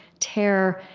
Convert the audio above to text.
tear,